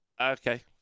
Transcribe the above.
Okay